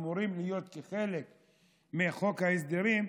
שאמורים להיות חלק מחוק ההסדרים,